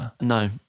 No